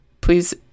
please